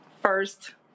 first